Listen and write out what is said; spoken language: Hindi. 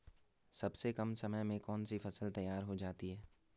सबसे कम समय में कौन सी फसल तैयार हो जाती है?